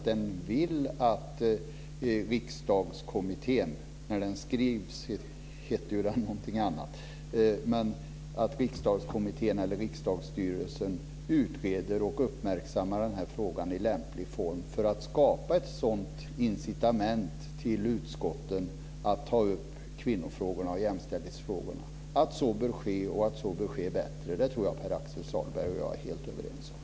Den vill att Riksdagskommittén - när den skrivs heter den ju någonting annat - eller riksdagsstyrelsen utreder och uppmärksammar den här frågan i lämplig form för att skapa ett incitament till utskotten att ta upp kvinnofrågorna och jämställdhetsfrågorna. Jag tror att Pär Axel Sahlberg och jag är helt överens om att så bör ske bättre.